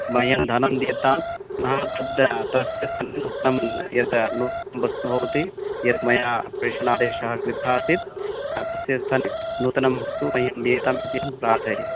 मह्यं धनं दीयतां पुनः तद् तस्य सम्यगुक्तं यद् लुप्तं वस्तु भवति यद् मया प्रेषणादेशः कृतः आसीत् हा तस्य स्थाने नूतनं वस्तु मह्यं दीयतामिति अहं प्रार्थये